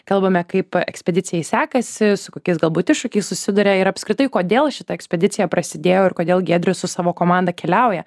kalbame kaip ekspedicijai sekasi su kokiais galbūt iššūkiais susiduria ir apskritai kodėl šita ekspedicija prasidėjo ir kodėl giedrius su savo komanda keliauja